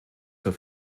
zur